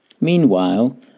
Meanwhile